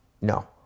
no